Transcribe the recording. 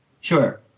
Sure